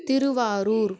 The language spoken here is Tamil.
திருவாரூர்